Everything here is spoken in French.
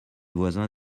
voisins